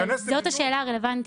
וזאת השאלה הרלוונטית.